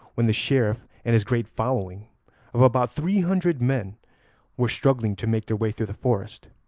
when the sheriff and his great following of about three hundred men were struggling to make their way through the forest,